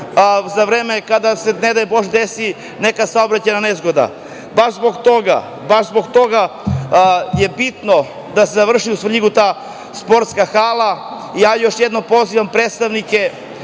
zaštitu kada se ne daj bože desi neka saobraćajna nezgoda. Baš zbog toga je bitno da se završi u Svrljigu ta sportska hala. Još jednom pozivam predstavnike